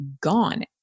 gone